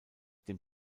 dem